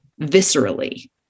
viscerally